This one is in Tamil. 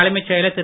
தலைமைச் செயலர் திரு